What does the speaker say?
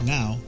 Now